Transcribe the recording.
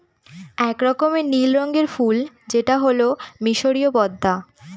এক রকমের নীল রঙের ফুল যেটা হল মিসরীয় পদ্মা